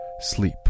sleep